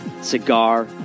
Cigar